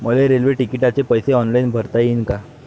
मले रेल्वे तिकिटाचे पैसे ऑनलाईन भरता येईन का?